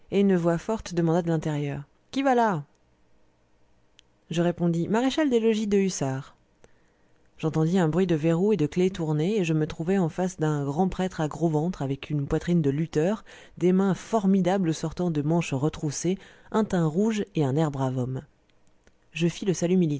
une voix forte demanda de l'intérieur qui va là je répondis maréchal des logis de hussards j'entendis un bruit de verrous et de clef tournée et je me trouvai en face d'un grand prêtre à gros ventre avec une poitrine de lutteur des mains formidables sortant de manches retroussées un teint rouge et un air brave homme je fis le salut